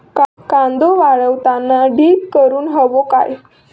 कांदो वाळवताना ढीग करून हवो काय?